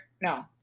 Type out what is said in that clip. no